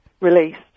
Released